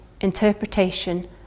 interpretation